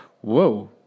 whoa